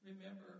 Remember